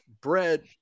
bread